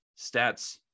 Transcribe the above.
stats